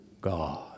God